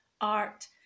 art